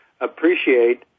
appreciate